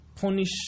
punish